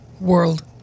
world